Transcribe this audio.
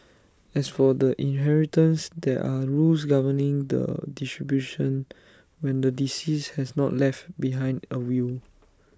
as for the inheritance there are rules governing the distribution when the deceased has not left behind A will